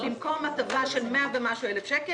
במקום הטבה של 100 ומשהו אלף שקל,